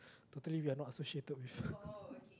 totally we are not associated with